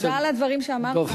תודה על הדברים שאמרת.